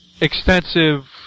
extensive